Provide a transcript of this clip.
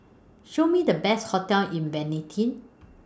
Show Me The Best hotels in Vientiane